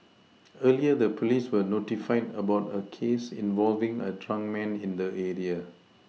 earlier the police were notified about a case involving a drunk man in the area